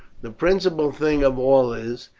the principal thing of all is,